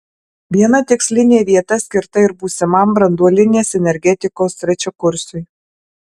viena tikslinė vieta skirta ir būsimam branduolinės energetikos trečiakursiui